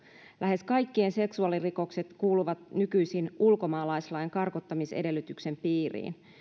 lähes kaikki seksuaalirikokset kuuluvat nykyisin ulkomaalaislain karkottamisedellytyksen piiriin